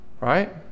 right